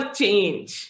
change